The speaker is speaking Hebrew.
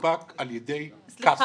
שיונפק על ידי קסטרו.